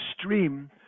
stream